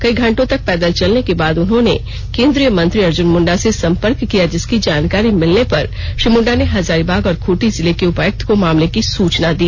कई घंटों तक पैदल चलने के बाद उन्होंने केंद्रीय मंत्री अर्जुन मुंडा से संपर्क किया जिसकी जानकारी मिलने पर श्री मुंडा ने हजारीबाग और खूंटी जिले के उपायुक्त को मामले की सुचना दी